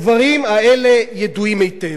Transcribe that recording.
הדברים האלה ידועים היטב.